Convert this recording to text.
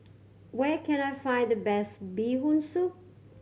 where can I find the best Bee Hoon Soup